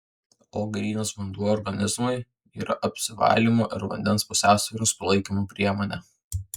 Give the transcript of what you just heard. o grynas vanduo organizmui yra apsivalymo ir vandens pusiausvyros palaikymo priemonė